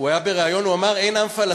הוא היה בריאיון והוא אמר: אין עם פלסטיני,